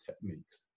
techniques